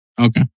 Okay